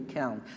count